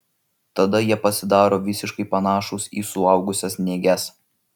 tada jie pasidaro visiškai panašūs į suaugusias nėges